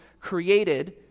created